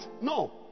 No